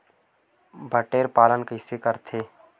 बटेर पालन कइसे करथे?